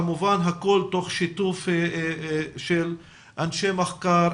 כמובן הכול תוך שיתוף של אנשי מחקר,